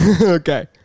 Okay